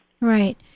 Right